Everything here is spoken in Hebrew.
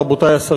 עם ההנהגה,